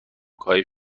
کاهش